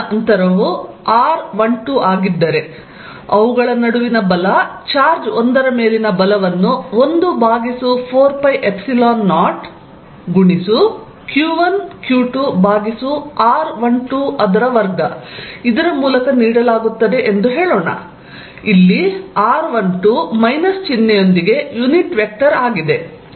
ನಂತರ ಅವುಗಳ ನಡುವಿನ ಬಲ ಚಾರ್ಜ್ 1 ರ ಮೇಲಿನ ಬಲವನ್ನು 1 ಭಾಗಿಸು 4π0 q1 q2 ಭಾಗಿಸು r12 ವರ್ಗ ಮೂಲಕ ನೀಡಲಾಗುತ್ತದೆ ಎಂದು ಹೇಳೋಣ ಇಲ್ಲಿ r12 ಮೈನಸ್ ಚಿಹ್ನೆಯೊಂದಿಗೆ ಯುನಿಟ್ ವೆಕ್ಟರ್ ಆಗಿದೆ